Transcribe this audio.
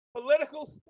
political